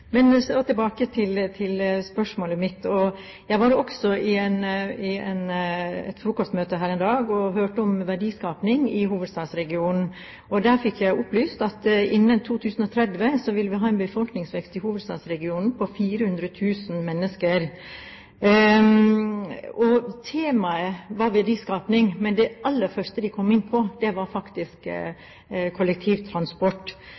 tilbake til spørsmålet mitt. Jeg var i et frokostmøte her en dag og hørte om verdiskaping i hovedstadsregionen. Der fikk jeg opplyst at innen 2030 vil vi ha en befolkningsvekst i hovedstadsregionen på 400 000 mennesker. Temaet var verdiskaping, men det aller første de kom inn på, var faktisk kollektivtransport og alle de ulønnsomme timene som folk tilbringer i køer. Verst var det faktisk